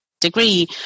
degree